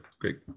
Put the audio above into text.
Great